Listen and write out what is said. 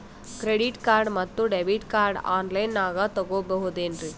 Credit card ಮತ್ತು debit card on ಲೈನಾಗ್ ತಗೋಬಹುದೇನ್ರಿ?